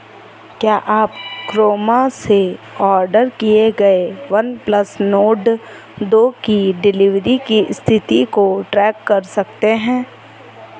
क्या आप क्रोमा से ऑर्डर किए गए वनप्लस नोर्ड दो की डिलीवरी की स्थिति को ट्रैक कर सकते हैं